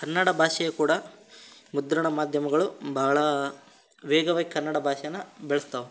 ಕನ್ನಡ ಭಾಷೆಯು ಕೂಡ ಮುದ್ರಣ ಮಾಧ್ಯಮಗಳು ಭಾಳಾ ವೇಗವಾಗಿ ಕನ್ನಡ ಭಾಷೇನಾ ಬೆಳೆಸ್ತಾವೆ